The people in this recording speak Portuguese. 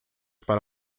para